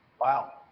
Wow